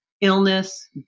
illness